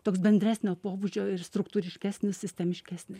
toks bendresnio pobūdžio ir struktūriškesnis sistemiškesnis